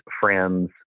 friends